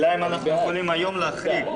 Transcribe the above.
בבקשה.